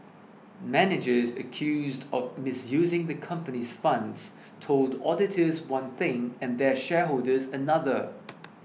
managers accused of misusing the comopany's funds told auditors one thing and their shareholders another